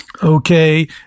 Okay